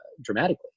dramatically